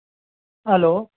hello